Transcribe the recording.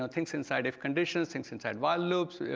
ah things inside if conditions, things inside while loops,